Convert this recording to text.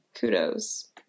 kudos